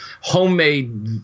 homemade